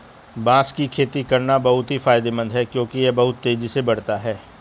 बांस की खेती करना बहुत ही फायदेमंद है क्योंकि यह बहुत तेजी से बढ़ता है